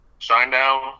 Shinedown